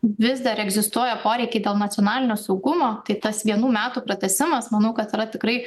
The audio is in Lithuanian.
vis dar egzistuoja poreikiai dėl nacionalinio saugumo tai tas vienų metų pratęsimas manau kad yra tikrai